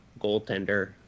goaltender